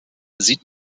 sieht